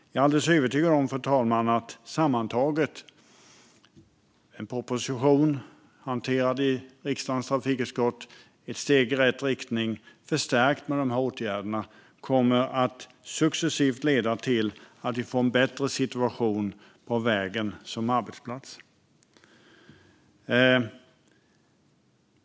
Jag är alldeles övertygad om att detta sammantaget - det vill säga en proposition hanterad i riksdagens trafikutskott som ett steg i rätt riktning, förstärkt med dessa åtgärder - successivt kommer att leda till att vi får en bättre situation på vägen som arbetsplats.